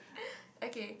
okay